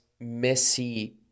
messy